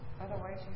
otherwise